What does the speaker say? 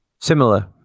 Similar